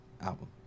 Album